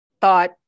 thought